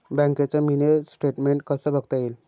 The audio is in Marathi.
बँकेचं मिनी स्टेटमेन्ट कसं बघता येईल?